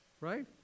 Right